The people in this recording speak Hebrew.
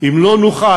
אם לא נוכל